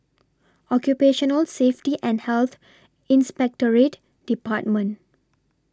Occupational Safety and Health Inspectorate department